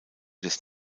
des